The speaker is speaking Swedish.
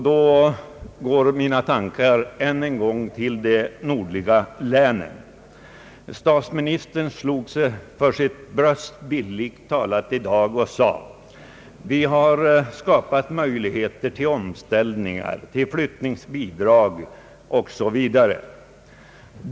Då går mina tankar än en gång till de nordliga länen. Statsministern slog sig bildligt talat för sitt bröst i dag när han sade att vi har skapat möjligheter till omställningar, möjligheter till flyttningsbidrag osv.